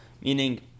Meaning